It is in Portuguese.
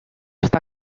está